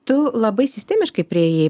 tu labai sistemiškai priėjai